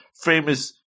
famous